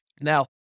Now